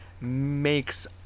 makes